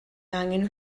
angen